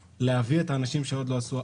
להביא את האנשים שעוד לא עשו אף חיסון.